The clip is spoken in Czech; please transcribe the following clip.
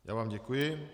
Já vám děkuji.